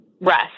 rest